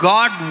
God